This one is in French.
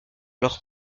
leurs